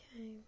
Okay